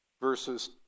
verses